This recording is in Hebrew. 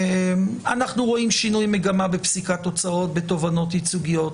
אנחנו רואים שינוי מגמה בפסיקת הוצאות בתובענות ייצוגיות.